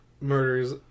murders